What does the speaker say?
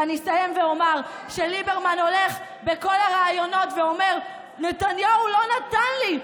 ואני אסיים ואומר שליברמן הולך בכל הראיונות ואומר: נתניהו לא נתן לי,